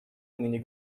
имени